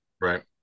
right